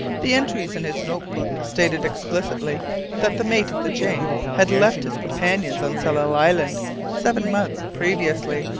the entries in his note-book stated explicitly that the mate of the jane had left his companions on tsalal island seven months previously.